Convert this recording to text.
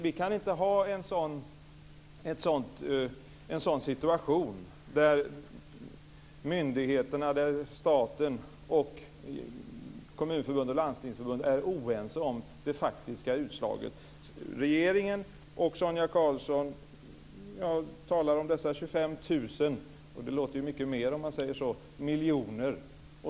Vi kan inte ha en situation där staten, Kommunförbundet och Landstingsförbundet är oense om det faktiska utslaget. Regeringen och Sonia Karlsson talar om dessa 25 000 miljoner. Det låter ju mycket mer om man säger så.